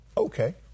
Okay